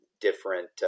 different